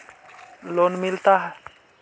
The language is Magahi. लोन मिलता?